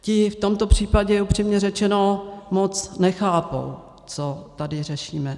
Ti v tomto případě, upřímně řečeno, moc nechápou, co tady řešíme.